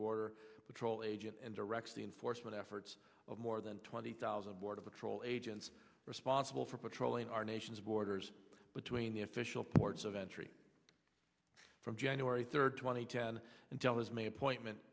border patrol agent and directs the enforcement efforts of more than twenty thousand border patrol agents responsible for patrolling our nation's borders between the official ports of entry from january third two thousand and ten until his main appointment